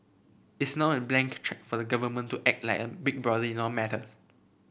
it's not a blank cheque for the government to act like a big brother in all matters